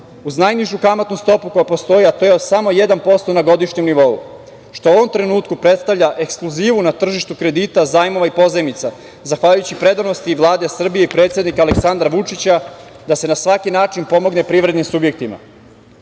uz najnižu kamatnu stopu koja postoji, a to je samo 1% na godišnjem nivou što u ovom trenutku predstavlja ekskluzivu na tržištu kredita, zajma i pozajmica zahvaljujući predanosti Vlade Srbije i predsednika Aleksandra Vučića da se na svaki način pomogne privrednim subjektima. Imajući